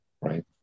right